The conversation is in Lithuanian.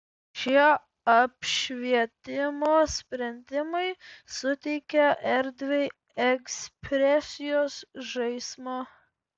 šie apšvietimo sprendimai suteikia erdvei ekspresijos žaismo